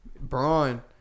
Braun